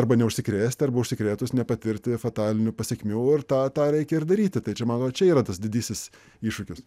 arba neužsikrėsti arba užsikrėtus nepatirti fatalinių pasekmių ir tą tą reikia ir daryti tai čia manau čia yra tas didysis iššūkis